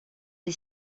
est